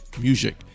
Music